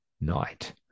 night